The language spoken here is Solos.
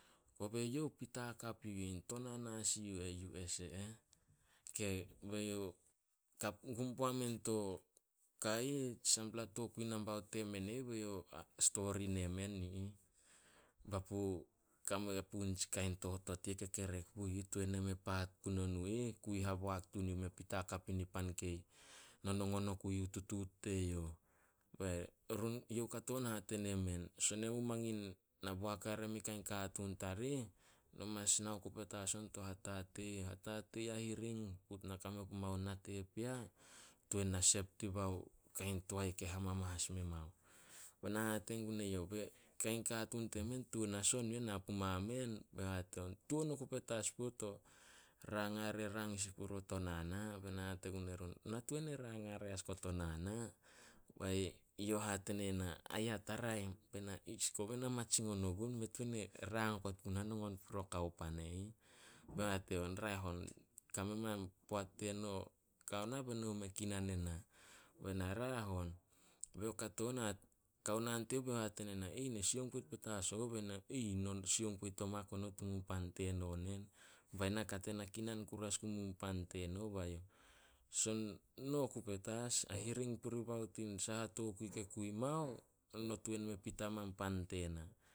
Kobe youh pita hakap yu ih. Tonana as yu eh US. Gum puamen to sampla tokui nambaut temen e ih, be youh stori ne men yu ih, papu kame puh nitsi kain totot i ih kekerek puh, Kui haboak tun yu, me pita hakap nipan kei nonongon oku yuh tutuut teyouh. Bae youh hate nemen, "Son emu mangin na boak hare muin kain katuun tarih, no mas nao ku petas on to hatatei. Hatatei a hiring put na kame pomao nate pea tuan sep dibao kain toae ke hamamas memao." Be na hate gun eyouh, "Be kain katuun temen, tuan as on na puma men." Be youh hate on, "Tuan oku petas puo to rang hare rang sin purio tonana." Be na hate gun erun, "Na tuan e rang hare as guo tonana." Bae youh hate ne na, "Aya taraim." Be na, "Ish, kobe na matsingon ogun mei tuan e rang okot puna nongon purio kaopan e ih." Be youh hate on, "Raeh on, kame ma in poat teno kao na be no mume kinan ena." Bae na, "Raeh on." Kao naan teyouh be youh hate ne na, "Na sioung poit petas ogun." Be na, "No sioung poit petas oma tin pan teno nen. Bae na kate na kinan kuru as gun mun pan tena." "Eno ku petas, a hiring puribao tin tokui ke kui mao, no tuan me pita mae pan tena."